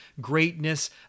greatness